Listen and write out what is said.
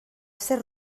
ser